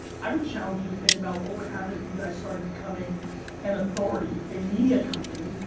i would challenge you to think about what would happen if you guys started becoming an authority, a media company,